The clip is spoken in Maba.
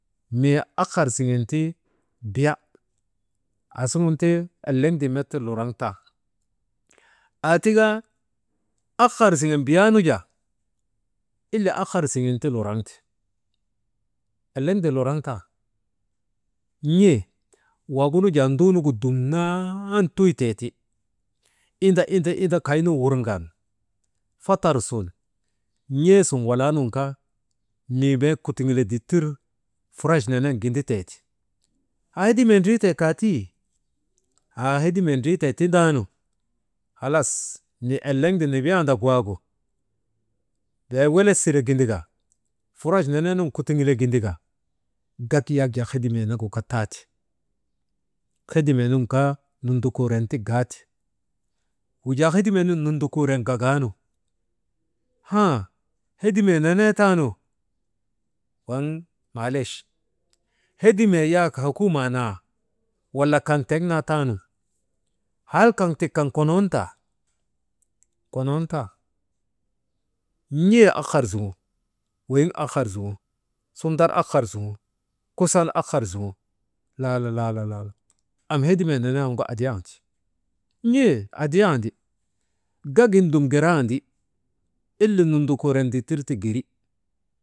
Mii ahar siŋen ti biyaa aasuŋun ti eleŋde met luraŋ tan. Atika ahar siŋen biyaanu jaa ilia ahar siŋenti luraŋte eleŋde luraŋ tan n̰ee waagunu jaa nduunugu dumnan tuytee ti, inda inda kaynu wurŋan fotor sun n̰ee sun walaa nun kaa mii bee kutugule dittir furach nenen ginditeeti. Haa hedimee ndriitee kaa ti, haa hedimee ndriitee tindaanu halas mii eleŋde nidiyaandak waagu yay welet sire gindaka furach neneenun kutugule gindaka, gak yak hedimee nagu kaa taate. Hedimee nun kaa nundukuure ti gaate, wujaa hedimee nun nundukuure gagaanu, haa hedimee nenee taanu waŋ maalech, hedimee yak hokuumaa naa wala kaŋ tek naa taanu hal kaŋ tik kan konon taa konon tan n̰e ahar zuŋo, weyin ahar zuŋo sundar ahar zuŋo kusan ahar zuŋo lala, lala, lala, am hedimee nenee waŋgu adiyandi n̰ee adiyandi gak gin dun gerandi ile nundukuure dittir ti geri.